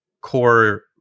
core